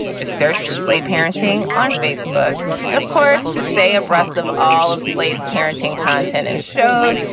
just search for slate parenting on facebook and of course, to stay abreast of all of slate's parenting content and shows,